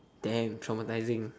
damn traumatizing